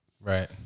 Right